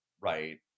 right